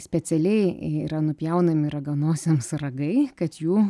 specialiai yra nupjaunami raganosiams ragai kad jų